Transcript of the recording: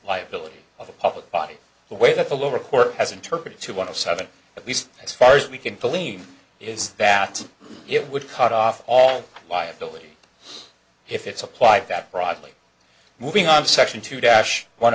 liability of the public by the way that the lower court has interpreted to one of seven at least as far as we can believe is that it would cut off all liability if it's applied that broadly moving on section two dash